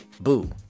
Boo